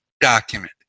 document